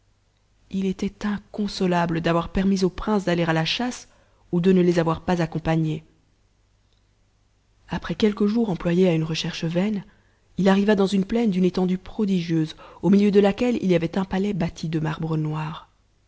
il était inconsolable d'avoir permis aux princes d'aller à la chasse ou de ne les avoir pas accompagnés après quelques jours employés à une recherche vaine il arriva dans une plaine d'une étendue prodigieuse au milieu de laquelle il y avait un palais bâti de marbre noir